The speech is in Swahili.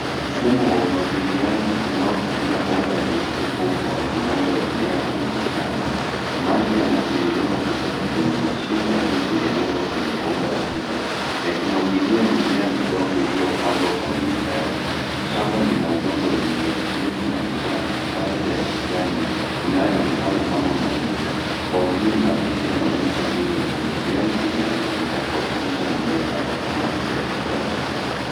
Mfumo wa umwagiliaji unaotumia bomba nyeupe kubwa linaloenea kwenye shamba. Maji yanatiririka kutoka kwenye mashimo yaliyotengenezwa kwenye bomba hilo yakimwagilia mimea midogo iliyopandwa kwa mistari. Shamba lina udongo wenye unyevunyevu na mimea michache ya kijani inayoonekana kama mahindi. Kwa ujumla picha inaonyesha mbinu ya umwagiliaji inayotumika kuhakikisha mimea inapataa maji ya kutosha.